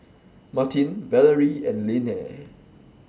Martine Valerie and Linnea